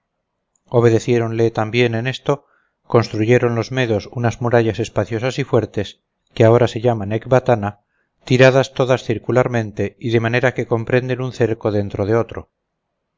pueblos obedeciéndole también en esto construyeron los medos unas murallas espaciosas y fuertes que ahora se llaman ecbatana tiradas todas circularmente y de manera que comprenden un cerco dentro de otro